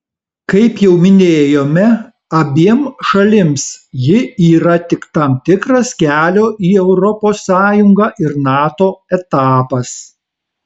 kaip jau minėjome abiem šalims ji yra tik tam tikras kelio į europos sąjungą ir nato etapas